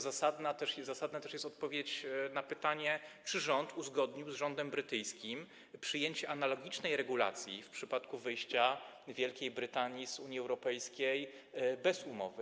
Zasadna jest też odpowiedź na pytanie, czy rząd uzgodnił z rządem brytyjskim przyjęcie analogicznej regulacji w przypadku wyjścia Wielkiej Brytanii z Unii Europejskiej bez umowy.